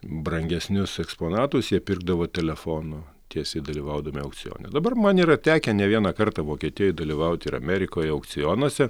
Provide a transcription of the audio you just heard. brangesnius eksponatus jie pirkdavo telefonu tiesiai dalyvaudami aukcione dabar man yra tekę ne vieną kartą vokietijoj dalyvauti ir amerikoj aukcionuose